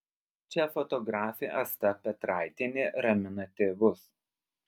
čia fotografė asta petraitienė ramina tėvus